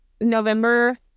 November